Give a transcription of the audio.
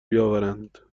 بیاورند